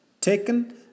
taken